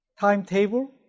Timetable